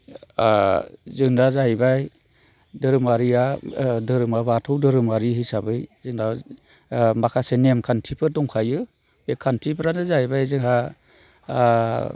जोंना जाहैबाय धोरोमारिया धोरोमा बाथौ धोरोमारि हिसाबै जोंना माखासे नेम खान्थिफोर दंखायो बे खान्थिफ्रानो जाहैबाय जोंहा